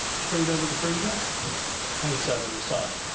straight out of the freezer and set it aside.